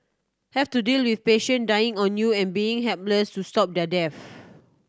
have to deal with patient dying on you and being helpless to stop their deaths